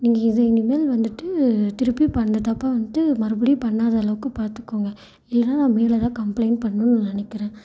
நீங்கள் இது இனிமேல் வந்துட்டு திருப்பி இப்போ அந்த தப்பை வந்துட்டு மறுபடியும் பண்ணாத அளவுக்கு பார்த்துக்கோங்க இல்லைன்னா நான் மேலே தான் கம்பளைண்ட் பண்ணணும் நான் நினக்கிறேன்